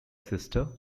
sister